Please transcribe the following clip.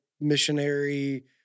Missionary